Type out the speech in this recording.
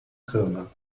cama